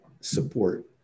support